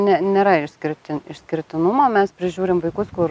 ne nėra išskirti išskirtinumo mes prižiūrim vaikus kur